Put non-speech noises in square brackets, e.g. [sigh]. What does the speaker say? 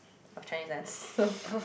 of Chinese dance so [breath]